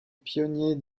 pionniers